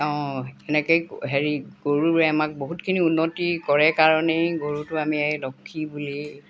অ' তেনেকেই হেৰি গৰুৰে আমাক বহুতখিনি উন্নতি কৰে কাৰণেই গৰুটো আমি লক্ষী বুলি